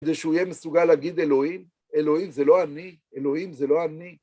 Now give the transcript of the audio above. כדי שהוא יהיה מסוגל להגיד אלוהים, אלוהים זה לא אני, אלוהים זה לא אני.